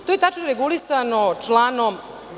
To je tačno regulisano članom 49.